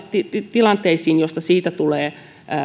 tilanteita joissa siitä tulee